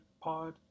pod